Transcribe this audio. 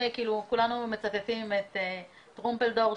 כולנו מצטטים את טרומפלדור,